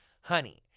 Honey